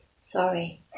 sorry